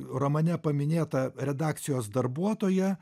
romane paminėtą redakcijos darbuotoją